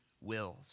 wills